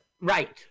right